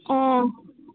ꯑꯣ